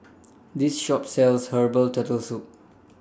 This Shop sells Herbal Turtle Soup